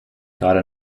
gerade